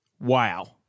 Wow